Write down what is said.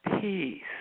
Peace